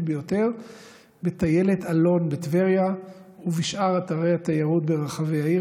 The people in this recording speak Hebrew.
ביותר בטיילת אלון בטבריה ובשאר אתרי התיירות ברחבי העיר,